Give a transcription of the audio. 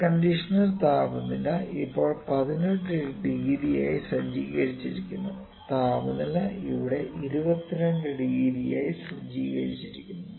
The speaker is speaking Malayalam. എയർകണ്ടീഷണർ താപനില ഇപ്പോൾ 18 ഡിഗ്രിയായി സജ്ജീകരിച്ചിരിക്കുന്നു താപനില ഇവിടെ 22 ഡിഗ്രിയായി സജ്ജീകരിച്ചിരിക്കുന്നു